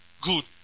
Good